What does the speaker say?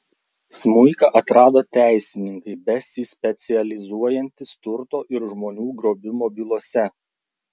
smuiką atrado teisininkai besispecializuojantys turto ir žmonių grobimo bylose